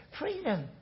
freedom